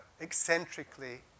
eccentrically